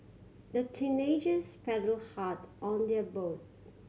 the teenagers paddled hard on their boat